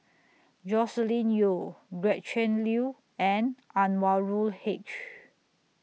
Joscelin Yeo Gretchen Liu and Anwarul Haque